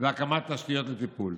והקמת תשתיות לטיפול.